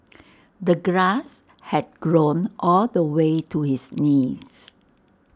the grass had grown all the way to his knees